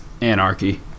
anarchy